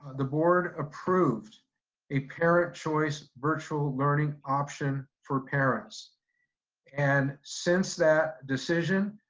the board approved a parent choice virtual learning option for parents and since that decision,